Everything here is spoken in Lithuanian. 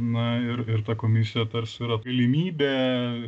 na ir ir ta komisija tarsi yra galimybė